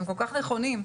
שהם כל-כך נכונים: